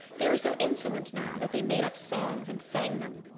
they were so insolent now that they made up songs and sang them,